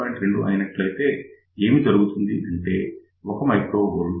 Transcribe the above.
2 అయినట్లయితే ఏం జరుగుతుందంటే 1 μV 1